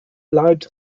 bleibt